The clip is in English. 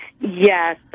Yes